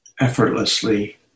effortlessly